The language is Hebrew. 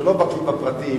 שלא בקי בפרטים,